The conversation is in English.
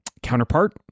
Counterpart